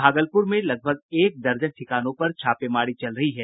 भागलपुर में लगभग एक दर्जन ठिकानों पर छापेमारी चल रही है